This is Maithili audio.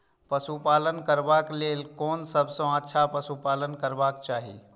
पशु पालन करबाक लेल कोन सबसँ अच्छा पशु पालन करबाक चाही?